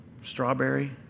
strawberry